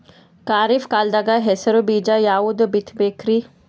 ಖರೀಪ್ ಕಾಲದಾಗ ಹೆಸರು ಬೀಜ ಯಾವದು ಬಿತ್ ಬೇಕರಿ?